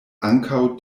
ankaŭ